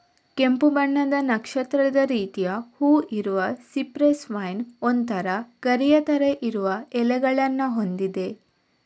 ಕೆಂಪು ಬಣ್ಣದ ನಕ್ಷತ್ರದ ರೀತಿಯ ಹೂವು ಇರುವ ಸಿಪ್ರೆಸ್ ವೈನ್ ಒಂತರ ಗರಿಯ ತರ ಇರುವ ಎಲೆಗಳನ್ನ ಹೊಂದಿದೆ